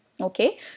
Okay